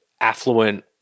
Affluent